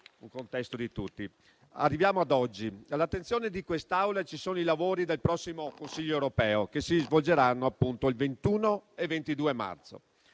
Arriviamo ad oggi. All'attenzione di quest'Aula ci sono i lavori del prossimo Consiglio europeo, che si svolgeranno il 21 e 22 marzo.